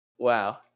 Wow